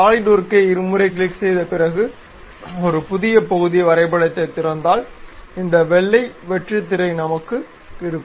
சாலிட்வொர்க்கை இருமுறை கிளிக் செய்த பிறகு ஒரு புதிய பகுதி வரைபடத்தைத் திறந்தால் இந்த வெள்ளை வெற்றுத் திரை நமக்கு இருக்கும்